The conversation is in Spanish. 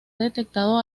detectado